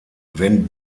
wenn